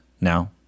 Now